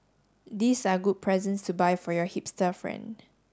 these are good presents to buy for your hipster friend